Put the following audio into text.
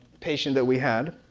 patient that we had.